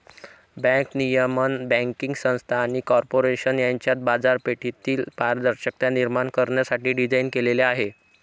bank नियमन banking संस्था आणि कॉर्पोरेशन यांच्यात बाजारपेठेतील पारदर्शकता निर्माण करण्यासाठी डिझाइन केलेले आहे